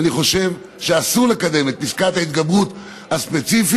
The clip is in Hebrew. אני חושב שאסור לקדם את פיסקת ההתגברות הספציפית,